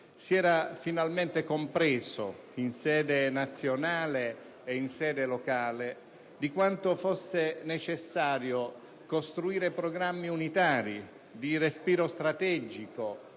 Si era finalmente compreso, in sede nazionale e in sede locale, quanto fosse necessario costruire programmi unitari, di respiro strategico,